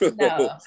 No